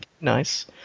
nice